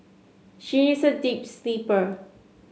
she is a deep sleeper